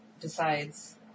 decides